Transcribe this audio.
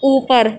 اوپر